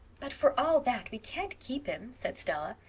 but for all that we can't keep him, said stella.